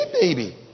baby